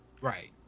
Right